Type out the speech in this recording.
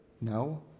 No